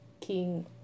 king